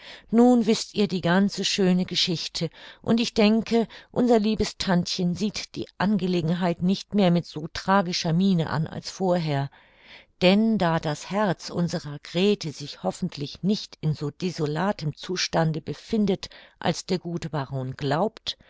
nun wißt ihr die ganze schöne geschichte und ich denke unser liebes tantchen sieht die angelegenheit nicht mehr mit so tragischer miene an als vorher denn da das herz unserer grete sich hoffentlich nicht in so desolatem zustande befindet als der gute baron glaubt